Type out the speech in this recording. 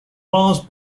mars